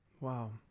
Wow